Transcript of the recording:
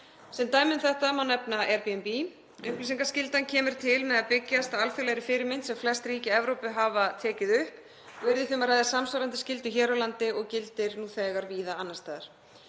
Sem dæmi um þetta má nefna Airbnb. Upplýsingaskyldan kemur til með að byggjast á alþjóðlegri fyrirmynd sem flest ríki Evrópu hafa tekið upp og yrði því um að ræða samsvarandi skyldu hér á landi og gildir nú þegar víða annars staðar.